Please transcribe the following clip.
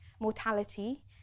mortality